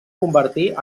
convertir